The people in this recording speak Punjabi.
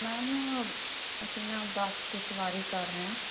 ਮੈਮ ਅਸੀਂ ਨਾ ਬੱਸ 'ਚ ਸਵਾਰੀ ਕਰ ਰਹੇ ਆ